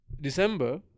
December